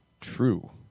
true